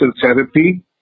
therapy